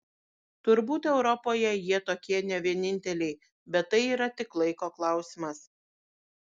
turbūt europoje jie tokie ne vieninteliai bet tai yra tik laiko klausimas